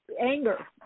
anger